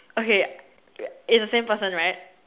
okay uh it's the same person right